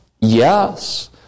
Yes